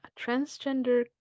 transgender